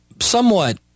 somewhat